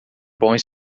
bom